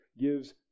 gives